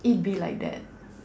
it be like that